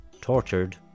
Tortured